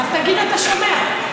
אז תגיד שאתה שומע.